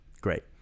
Great